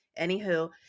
Anywho